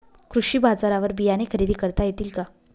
कृषी बाजारवर बियाणे खरेदी करता येतील का?